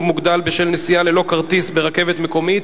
מוגדל בשל נסיעה ללא כרטיס ברכבת מקומית,